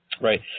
Right